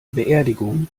beerdigung